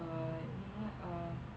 uh என்னனா:ennanaa uh